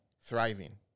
thriving